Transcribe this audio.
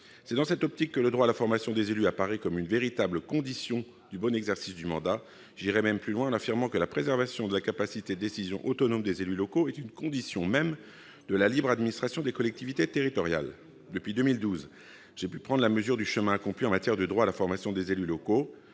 Dans cette optique, le droit à la formation des élus apparaît comme une véritable condition du bon exercice du mandat. J'irai même plus loin, en affirmant que la préservation de la capacité de décision autonome des élus locaux est une condition même de la libre administration des collectivités territoriales. Depuis 2012, j'ai pu prendre la mesure du chemin accompli en matière de droit à la formation des élus locaux.